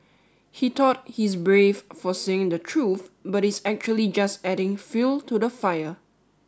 he thought he's brave for saying the truth but he's actually just adding fuel to the fire